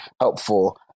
helpful